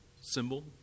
symbol